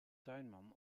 tuinman